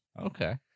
okay